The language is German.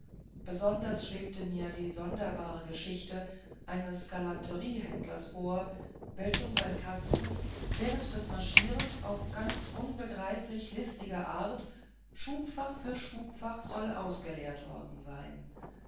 besonders schwebte mir die sonderbare geschichte eines galanteriehändlers vor welchem sein kasten während des marschierens auf ganz unbegreiflich listige art schubfach für schubfach soll ausgeleert worden sein